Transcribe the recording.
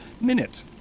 minute